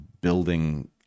building